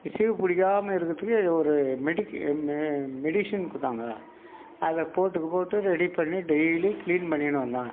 சீழ் பிடிக்காம இருக்கிறதுக்கு ஒரு மெடிசின் கொடுத்தாங்க அதை போட்டுக்கு போட்டு ரெடி பண்ணி டெய்லி க்ளீன் பண்ணிக்கினு வந்தாங்க